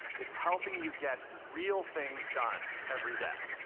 it's helping you get real things done every day.